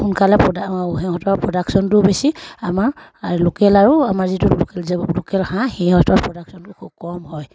সোনকালে সিহঁতৰ প্ৰডাকশ্যনটোও বেছি আমাৰ লোকেল আৰু আমাৰ লোকেল লোকেল হাঁহ সিহঁতৰ প্ৰডাকশ্যনটো খুব কম হয়